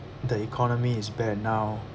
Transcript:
the economy is bad now